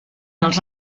els